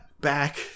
back